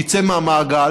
והוא יצא מהמעגל.